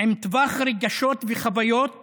עם טווח רגשות וחוויות